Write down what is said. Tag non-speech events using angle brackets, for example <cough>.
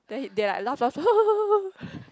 then they like laugh laugh <laughs>